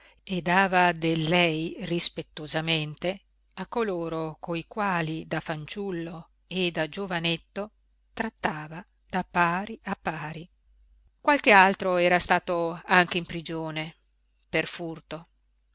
e dava del lei rispettosamente a coloro coi quali da fanciullo e da giovanetto trattava da pari a pari qualche altro era stato anche in prigione per furto